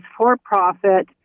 for-profit